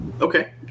Okay